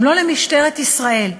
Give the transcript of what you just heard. גם לא למשטרת ישראל,